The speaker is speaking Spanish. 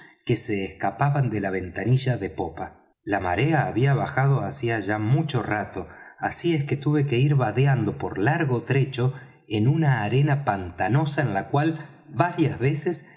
que se escapaban de la ventanilla de popa la marea había bajado hacía ya mucho rato así es que tuve que ir vadeando por largo trecho en una arena pantanosa en la cual varias veces